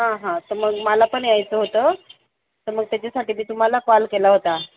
हां हां तर मग मला पण यायचं होतं तर मग त्याच्यासाठी मी तुम्हाला कॉल केला होता